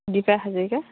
Dipa Hazarika